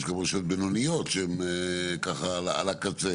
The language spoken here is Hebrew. יש גם רשויות בינוניות שהן על הקצה,